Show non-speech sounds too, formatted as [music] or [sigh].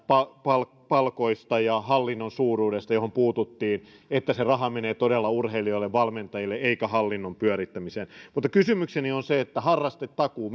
palkoista palkoista ja hallinnon suuruudesta johon puututtiin sitä että se raha menee todella urheilijoille ja valmentajille eikä hallinnon pyörittämiseen mutta kysymykseni on harrastetakuu [unintelligible]